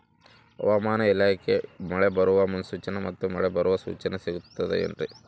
ಹವಮಾನ ಇಲಾಖೆ ಮಳೆ ಬರುವ ಮುನ್ಸೂಚನೆ ಮತ್ತು ಮಳೆ ಬರುವ ಸೂಚನೆ ಸಿಗುತ್ತದೆ ಏನ್ರಿ?